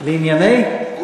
לענייני, ?